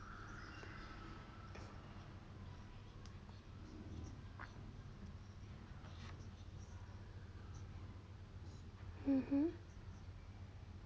mmhmm